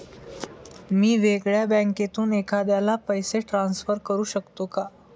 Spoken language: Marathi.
मी वेगळ्या बँकेतून एखाद्याला पैसे ट्रान्सफर करू शकतो का?